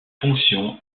fonction